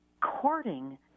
courting